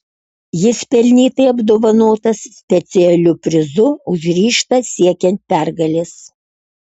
jis pelnytai apdovanotas specialiu prizu už ryžtą siekiant pergalės